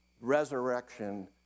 resurrection